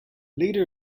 leader